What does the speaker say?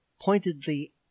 POINTEDLY